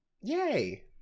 Yay